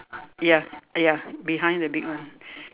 ya ya behind the big one